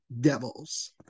Devils